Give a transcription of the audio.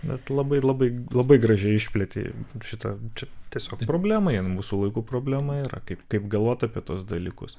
bet labai labai labai gražiai išplėtei šitą čia tiesiog problema jin mūsų laikų problema yra kaip kaip galvot apie tuos dalykus